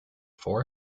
four